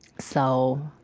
so